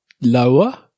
Lower